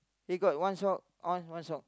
he got one sock on one sock